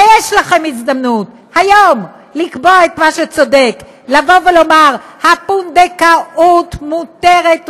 כי יש לכם הזדמנות היום לקבוע את מה שצודק לומר: הפונדקאות מותרת,